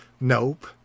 Nope